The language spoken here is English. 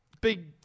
big